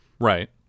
Right